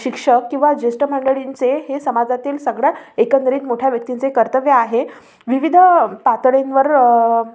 शिक्षक किंवा ज्येष्ठ मंडळींचे हे समाजातील सगळ्या एकंदरीत मोठ्या व्यक्तींचे कर्तव्य आहे विविध पातळींवर